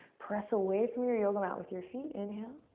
press away from your yoga mat with your feet, inhale.